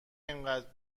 اینقدر